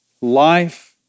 life